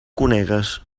conegues